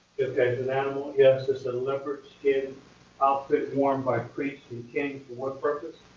ok. it's an animal. yes, it's a leopard skin outfit worn by priests and kings to what purpose?